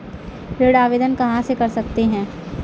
ऋण आवेदन कहां से कर सकते हैं?